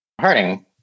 hurting